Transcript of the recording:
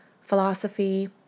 philosophy